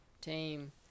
team